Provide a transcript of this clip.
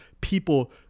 people